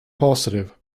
positive